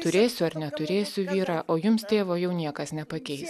turėsiu ar neturėsiu vyrą o jums tėvo jau niekas nepakeis